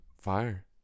Fire